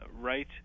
right